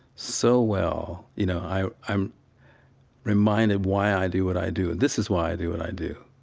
so well, you know, i i'm reminded why i do what i do. this is why i do what i do.